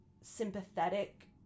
sympathetic